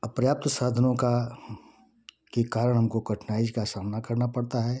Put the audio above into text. अपर्याप्त साधनों का के कारण हमको कठिनाई का सामना करना पड़ता है